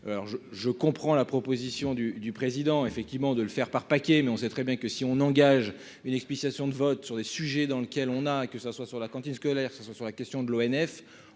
alors je je comprends la proposition du du président effectivement de le faire par paquet, mais on sait très bien que si on engage une explication de vote sur des sujets dans lequel on a que ça soit sur la cantine scolaire, ce soit sur la question de l'ONF,